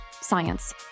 science